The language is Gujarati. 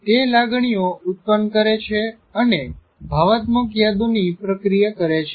તે લાગણીઓ ઉત્તપન્ન કરે છે અને ભાવનાત્મક યાદોની પ્રક્રિયા કરે છે